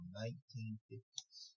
1950s